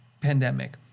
pandemic